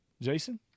Jason